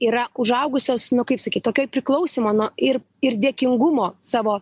yra užaugusios nu kaip sakyt tokioj priklausymo no ir ir dėkingumo savo